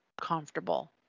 comfortable